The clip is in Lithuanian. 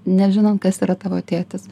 nežinant kas yra tavo tėtis